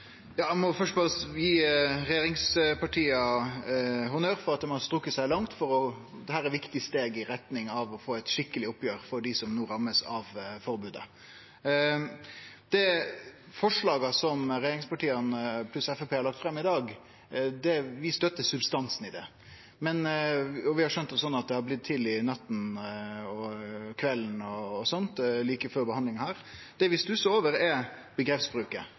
Eg må først berre gi regjeringspartia honnør for at dei har strekt seg langt. Dette er eit viktig steg i retning av å få eit skikkeleg oppgjer for dei som no blir ramma av forbodet. Forslaga som regjeringspartia pluss Framstegspartiet har lagt fram i dag, støttar vi substansen i – og vi har skjønt det slik at dei har blitt til i løpet av natta eller kvelden eller noko slikt, like før behandlinga her. Det vi stussar over, er